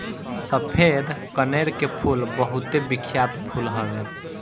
सफ़ेद कनेर के फूल बहुते बिख्यात फूल हवे